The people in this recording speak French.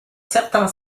certain